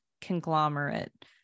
conglomerate